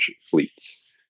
fleets